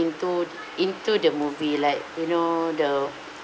into into the movie like you know the